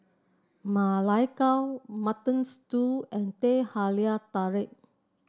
Ma Lai Gao Mutton Stew and Teh Halia Tarik